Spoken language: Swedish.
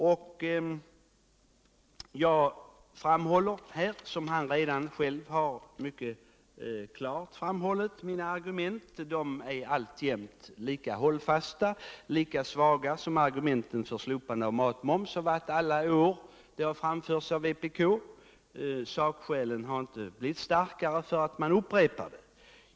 Mina argument är alltjämt lika hållfasta som vänsterpartiet kommunisternas argument för att slopa Matmomsen har varit svaga under alla de år som vpk har framfört detta krav. Sakskälen som vpk åberopar har inte blivit starkare av att de upprepats.